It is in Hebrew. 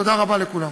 תודה רבה לכולם.